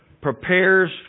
prepares